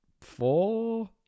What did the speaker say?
four